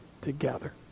together